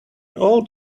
old